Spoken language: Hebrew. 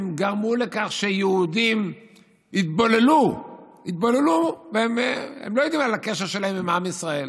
הם גרמו לכך שיהודים יתבוללו והם לא יודעים על הקשר שלהם עם עם ישראל,